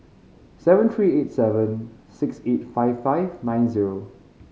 seven three eight seven six eight five five nine zero